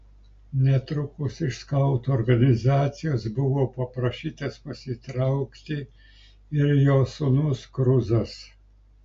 netrukus iš skautų organizacijos buvo paprašytas pasitraukti ir jos sūnus kruzas